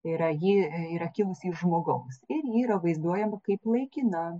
tai yra ji yra kilusi iš žmogaus ir ji yra vaizduojama kaip laikina